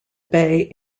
bay